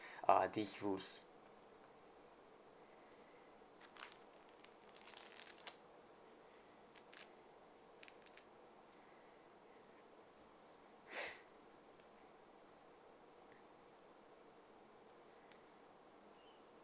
uh these rules